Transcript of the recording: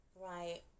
Right